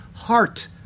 heart